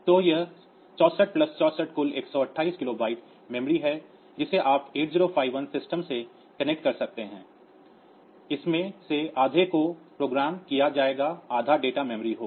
तो यह 64 प्लस 64 कुल 128 किलोबाइट मेमोरी है जिसे आप 8051 सिस्टम से कनेक्ट कर सकते हैं इसमें से आधे को मेमोरी प्रोग्राम किया जाएगा आधा डेटा मेमोरी होगी